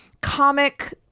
comic